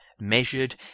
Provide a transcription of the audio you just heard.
measured